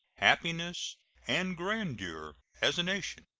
happiness, and grandeur as a nation.